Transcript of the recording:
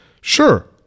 sure